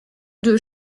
deux